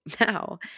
Now